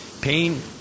pain